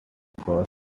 because